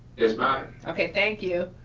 yes ma'am. okay, thank you,